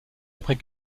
après